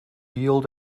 yield